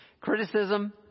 Criticism